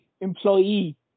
employee